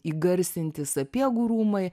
įgarsinti sapiegų rūmai